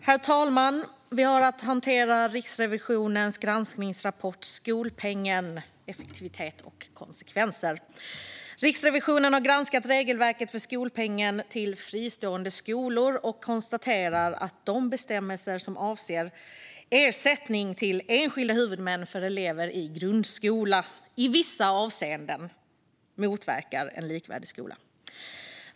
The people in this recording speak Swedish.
Herr talman! Vi har att hantera Riksrevisionens rapport om skolpengen - effektivitet och konsekvenser . Riksrevisionen har granskat regelverket för skolpengen till fristående skolor och konstaterar att de bestämmelser som avser ersättning till enskilda huvudmän för elever i grundskola i vissa avseenden motverkar en likvärdig skola.